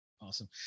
Awesome